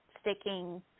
sticking